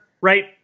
right